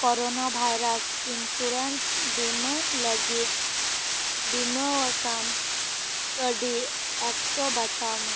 corona virus insurance ᱵᱤᱢᱟᱹ ᱞᱟᱹᱜᱤᱫ ᱵᱤᱢᱟᱹᱣᱟᱠᱟᱱ ᱠᱟᱹᱣᱰᱤ ᱮᱠᱥᱚ ᱵᱟᱪᱷᱟᱣ ᱢᱮ